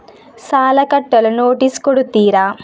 ಸಾಲ ಕಟ್ಟಲು ನೋಟಿಸ್ ಕೊಡುತ್ತೀರ?